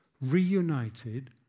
reunited